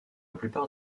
plupart